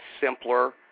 simpler